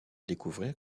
découvrir